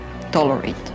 tolerate